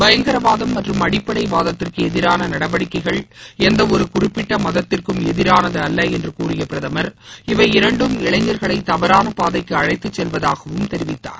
பயங்கரவாதம் மற்றும் அடிப்படைவாதத்திற்கு எதிரான நடவடிக்கைகள் எந்தவொரு குறிப்பிட்ட மதத்திற்கும் எதிரானது அல்ல என்று கூறிய பிரதமர் இவை இரண்டும் இளைஞர்களை தவறான பாதைக்கு அழைத்து செல்வதாகவும் தெரிவித்தார்